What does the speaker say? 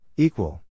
Equal